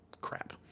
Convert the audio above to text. crap